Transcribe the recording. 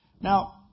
Now